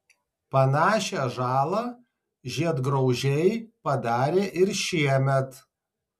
panašią žalą žiedgraužiai padarė ir šiemet